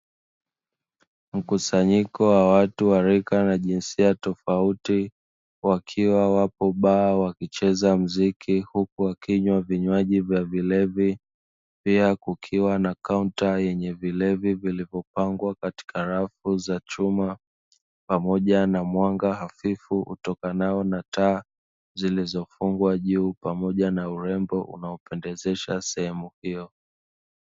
Mkusanyiko wa watu wa rika na jinsia tofauti, wakiwa wapo baa wakicheza mziki, huku wakinywa vinywaji vya vilevi, pia kukiwa na kaunta yenye vilevi vilivyopangwa katika rafu za chuma pamoja na mwanga hafifu utokanao na taa zilizofungwa juu, pamoja na urembo unaopendezesha sehemu hiyo.